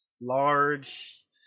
large